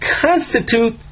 constitute